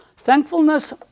Thankfulness